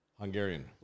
Hungarian